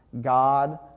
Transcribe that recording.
God